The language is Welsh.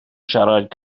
siarad